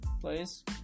please